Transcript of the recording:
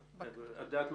בבקשה.